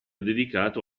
dedicato